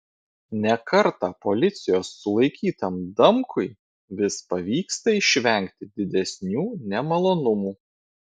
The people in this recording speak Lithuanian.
ne kartą policijos sulaikytam damkui vis pavyksta išvengti didesnių nemalonumų